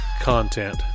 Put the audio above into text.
content